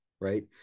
right